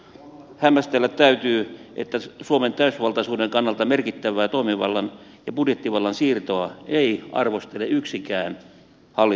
hämmästellä täytyy että suomen täysvaltaisuuden kannalta merkittävää toimivallan ja budjettivallan siirtoa ei arvostele yksikään hallituspuolueista